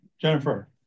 Jennifer